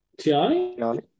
Tiani